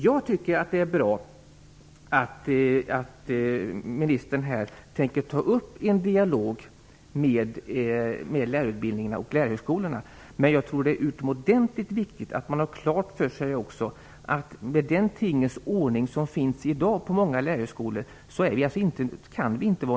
Jag tycker att det är bra att utbildningsministern tänker ta upp en dialog med representanter för lärarutbildningarna och lärarhögskolorna, men jag tror att det är utomordentligt viktigt att man också har klart för sig att vi inte kan vara nöjda med den tingens ordning som finns i dag på många lärarhögskolor.